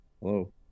Hello